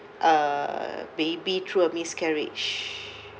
uh baby through a miscarriage